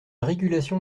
régulation